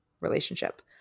relationship